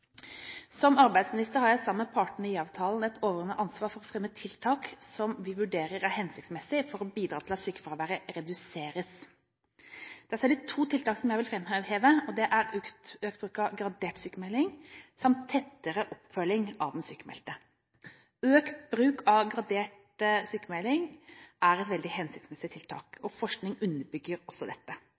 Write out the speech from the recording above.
Som arbeidsminister har jeg sammen med partene i IA-avtalen et overordnet ansvar for å fremme tiltak som vi vurderer er hensiktsmessige for å bidra til at sykefraværet reduseres. Det er særlig to tiltak som jeg vil framheve: Det er økt bruk av gradert sykmelding samt tettere oppfølging av den sykmeldte. Økt bruk av gradert sykmelding er et veldig hensiktsmessig tiltak. Forskning underbygger også dette.